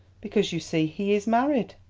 because you see he is married.